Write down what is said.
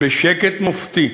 בשקט מופתי,